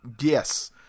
Yes